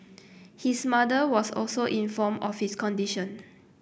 his mother was also informed of his condition